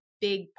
big